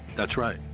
that's right.